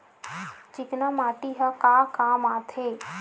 चिकना माटी ह का काम आथे?